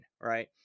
right